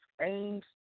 aims